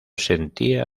sentía